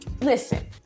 Listen